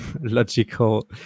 logical